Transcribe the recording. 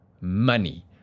money